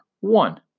One